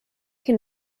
can